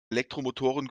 elektromotoren